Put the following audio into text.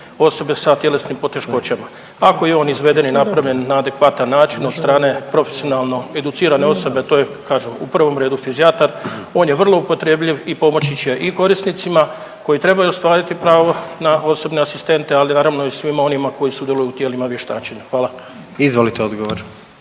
osobe sa tjelesnim poteškoćama. Ako je on izveden i napravljen na adekvatan način od strane profesionalno educirane osobe, a to je kažem u prvom redu fizijatar on je vrlo upotrebljiv i pomoći će i korisnicima koji trebaju ostvariti pravo na osobne asistente, ali naravno i svima onima koji sudjeluju u tijelima vještačenja. Hvala. **Jandroković,